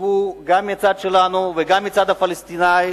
גם מהצד שלנו וגם מהצד הפלסטיני,